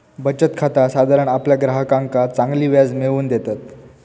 बचत खाता साधारण आपल्या ग्राहकांका चांगलो व्याज मिळवून देतत